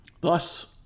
Thus